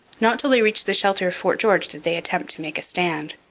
not till they reached the shelter of fort george did they attempt to make a stand.